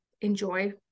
enjoy